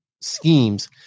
schemes